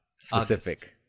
specific